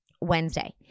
Wednesday